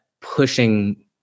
pushing